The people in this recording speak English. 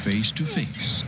face-to-face